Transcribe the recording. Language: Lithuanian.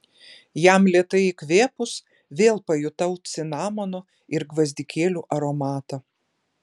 jam lėtai įkvėpus vėl pajutau cinamono ir gvazdikėlių aromatą